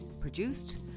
Produced